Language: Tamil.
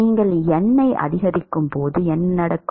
நீங்கள் N ஐ அதிகரிக்கும்போது என்ன நடக்கும்